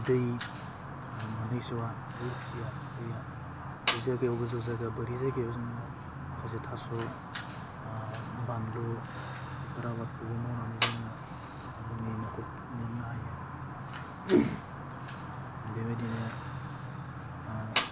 दै मोनहैस'वा बा उथिया दैया बे जागायाव गोजौ जायगा बोरि जायगायाव जोङो माखासे थास' बानलु बेफोर आबादखौबो मावनानै जोङो जोंनि न'खरखौ खुंलानो हायो बेबादिनो